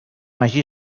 hagi